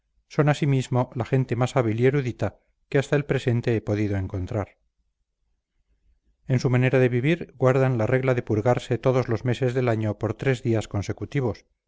son asimismo la gente más hábil y erudita que hasta el presente he podido encontrar en su manera de vivir guardan la regla de purgarse todos los meses del año por tres días consecutivos